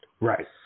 Right